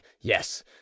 Yes